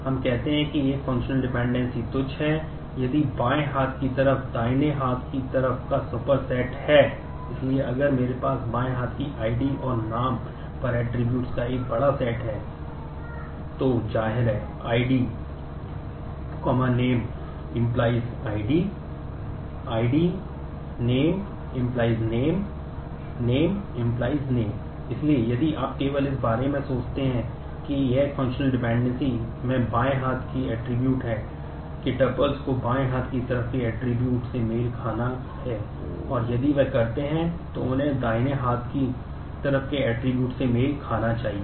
हम कहते हैं कि एक फंक्शनल डिपेंडेंसी से मेल खाना चाहिए